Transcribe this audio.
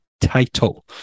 title